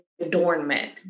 adornment